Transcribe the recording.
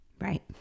Right